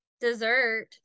dessert